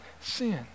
sin